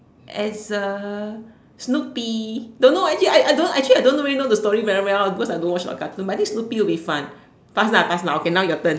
as a snoopy don't know already I don't actually I don't really know the story very well because I don't watch a lot of cartoon but I think snoopy will be fun pass lah pass okay your turn